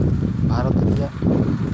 ᱵᱷᱟᱨᱚᱛ ᱨᱮᱭᱟᱜ